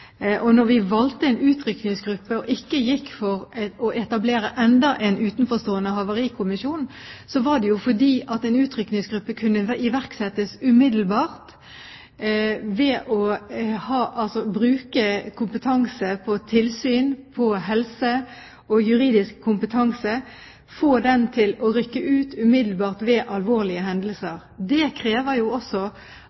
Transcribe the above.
Når vi valgte en utrykningsgruppe og ikke gikk for å etablere enda en utenforstående havarikommisjon, var det fordi en utrykningsgruppe kan iverksettes umiddelbart ved å bruke kompetanse på tilsyn og helse og juridisk kompetanse – få den til å rykke ut umiddelbart ved alvorlige hendelser.